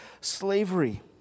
slavery